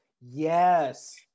Yes